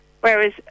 Whereas